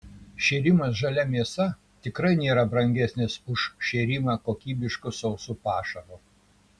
šėrimas žalia mėsa tikrai nėra brangesnis už šėrimą kokybišku sausu pašaru